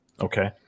Okay